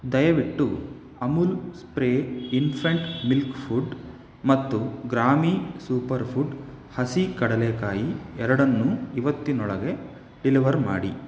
ದಯವಿಟ್ಟು Amul spray infant milk food ಮತ್ತು ಗ್ರಾಮೀ ಸೂಪರ್ ಫುಡ್ ಹಸಿ ಕಡಲೇಕಾಯಿ ಎರಡನ್ನೂ ಇವತ್ತಿನೊಳಗೆ ಡಿಲಿವರ್ ಮಾಡಿ